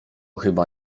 chyba